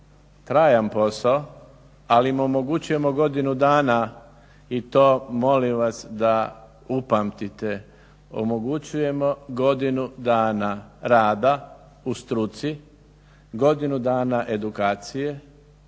trajan posao ali im omogućujemo godinu dana i to molim vas da upamtite, omogućujemo godinu dana rada u struci, godinu dana edukacije,